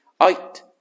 out